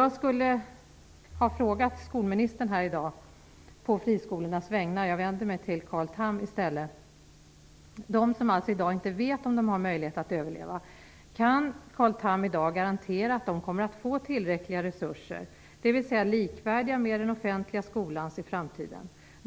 i dag alltså inte vet om de har möjlighet att överleva - skulle jag i dag ha ställt frågor till skolministern, men jag vänder mig nu till Carl Tham i stället. Kan Carl Tham i dag garantera att de i framtiden kommer att få tillräckliga resurser, dvs. resurser som är likvärdiga med den offentliga skolans?